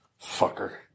Fucker